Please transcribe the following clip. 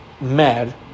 mad